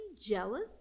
jealous